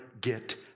get